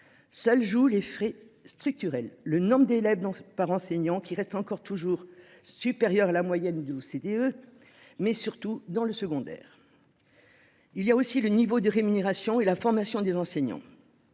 seuls jouent les faits structurels : le nombre d’élèves par enseignant, qui reste encore supérieur à la moyenne de l’OCDE, surtout dans le secondaire ; le niveau de rémunération et de formation des enseignants